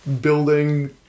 building